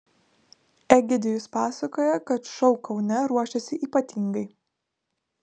egidijus pasakoja kad šou kaune ruošiasi ypatingai